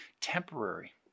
temporary